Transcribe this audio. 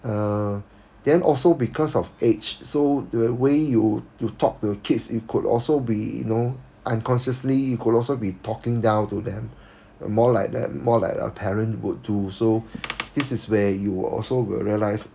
uh then also because of age so the way you you talk to kids it could also be know unconsciously you could also be talking down to them uh more like their more like a parent would do so this is where you also will realize